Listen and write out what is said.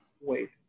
Wait